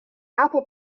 apple